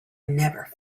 never